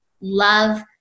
love